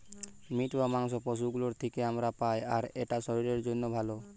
meet বা মাংস পশু গুলোর থিকে আমরা পাই আর এটা শরীরের জন্যে ভালো